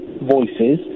voices